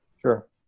Sure